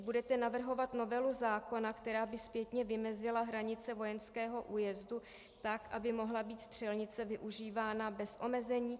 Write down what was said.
Budete navrhovat novelu zákona, která by zpětně vymezila hranice vojenského újezdu, aby mohla být střelnice využívána bez omezení?